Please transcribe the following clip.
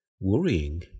worrying